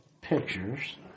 pictures